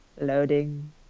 Loading